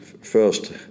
first